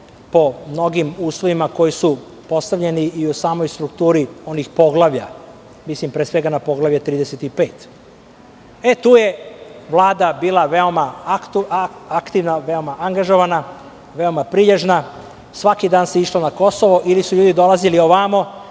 po mnogim uslovima koji su postavljeni i u samoj strukturi onih poglavlja. Mislim pre svega na poglavlje 35.Tu je Vlada bila veoma aktivna, veoma angažovana, veoma prilježna. Svaki dan se išlo na Kosovo ili su ljudi dolazili ovamo